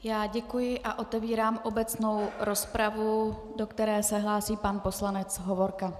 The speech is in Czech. Já děkuji a otevírám obecnou rozpravu, do které se hlásí pan poslanec Hovorka.